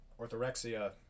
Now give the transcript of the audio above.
orthorexia